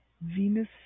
Venus